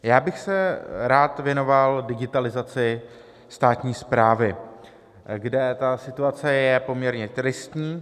Já bych se rád věnoval digitalizaci státní správy, kde ta situace je poměrně tristní.